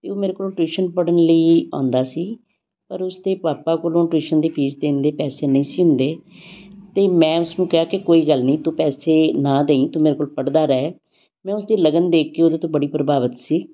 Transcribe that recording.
ਅਤੇ ਉਹ ਮੇਰੇ ਕੋਲ ਟਿਊਸ਼ਨ ਪੜ੍ਹਨ ਲਈ ਆਉਂਦਾ ਸੀ ਪਰ ਉਸਦੇ ਪਾਪਾ ਕੋਲ ਟਿਊਸ਼ਨ ਦੀ ਫੀਸ ਦੇਣ ਦੇ ਪੈਸੇ ਨਹੀਂ ਸੀ ਹੁੰਦੇ ਅਤੇ ਮੈਂ ਉਸਨੂੰ ਕਿਹਾ ਕਿ ਕੋਈ ਗੱਲ ਨਹੀਂ ਤੂੰ ਪੈਸੇ ਨਾ ਦੇਈ ਤੂੰ ਮੇਰੇ ਕੋਲ ਪੜ੍ਹਦਾ ਰਹਿ ਮੈਂ ਉਸਦੀ ਲਗਨ ਦੇਖ ਕੇ ਉਹਦੇ ਤੋਂ ਬੜੀ ਪ੍ਰਭਾਵਿਤ ਸੀ